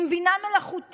אם בינה מלאכותית